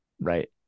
right